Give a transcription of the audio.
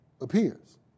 appears